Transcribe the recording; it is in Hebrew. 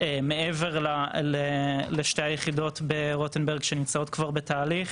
מעבר לשתי היחידות ברוטנברג, שנמצאות כבר בתהליך.